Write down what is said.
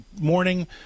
morning